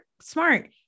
smart